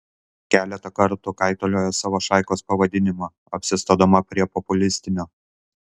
keletą kartų kaitaliojo savo šaikos pavadinimą apsistodama prie populistinio